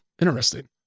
interesting